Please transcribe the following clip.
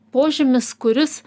požymis kuris